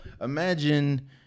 imagine